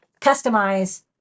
customize